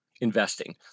investing